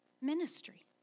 Ministry